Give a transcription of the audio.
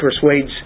persuades